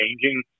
changing